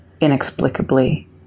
inexplicably